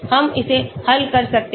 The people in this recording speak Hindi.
हम इसे हल कर सकते हैं